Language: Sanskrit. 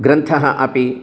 ग्रन्थः अपि